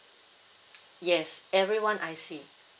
yes everyone I_C